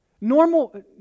Normal